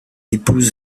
épouse